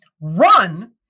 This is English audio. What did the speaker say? Run